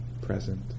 present